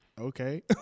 okay